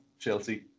Chelsea